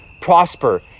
prosper